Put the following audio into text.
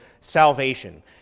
salvation